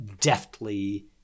deftly